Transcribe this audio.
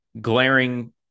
glaring